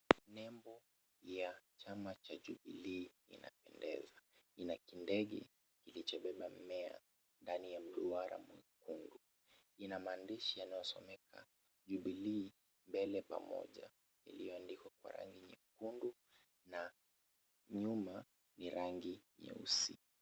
Nembo cha chama cha Jubilii kinapendeza, ina kindege kilichom beba mmea ndani ya duara mwekundu. Ina maandishi inayosomeka Jubilee Mbele Pamoja iliyoandikwa kwa rangi nyekundu na nyuma ni rangi nyeusi.